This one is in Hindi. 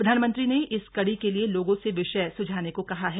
प्रधानमंत्री ने इस कड़ी के लिए लोगों से विषय सुझाने को कहा है